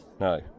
no